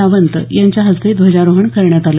सावंत यांच्या हस्ते ध्वजारोहण करण्यात आलं